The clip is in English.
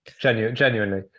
Genuinely